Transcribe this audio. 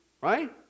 right